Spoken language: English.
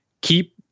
keep